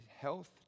Health